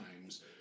times